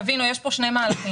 תבינו, יש פה שני מהלכים.